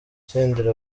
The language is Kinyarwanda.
senderi